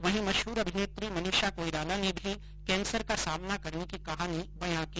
वहीं मशहूर अभिनेत्री मनीषा कोईराला ने भी केंसर का सामना करने की कहानी बया की